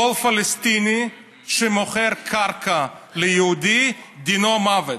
כל פלסטיני שמוכר קרקע ליהודי, דינו מוות.